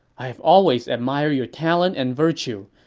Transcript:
i have always admired your talent and virtue,